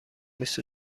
بیست